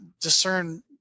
discern